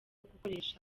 gukoresha